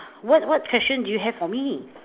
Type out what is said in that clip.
what what question do you have for me